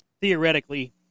theoretically